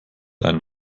einen